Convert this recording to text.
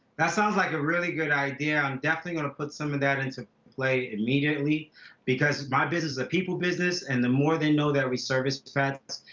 that sounds like a really good idea. i'm definitely going to put some of that into play immediately because my business is a people business and the more they know that we service pets,